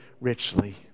richly